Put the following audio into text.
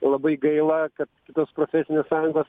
labai gaila kad tos profesinės sąjungos